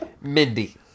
Mindy